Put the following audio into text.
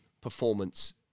performance